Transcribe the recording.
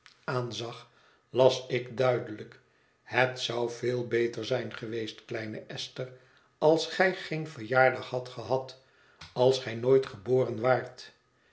aanzag las ik duidelijk het zou veel beter zijn geweest kleine esther als gij geen verjaardag hadt gehad als gij nooit geboren waart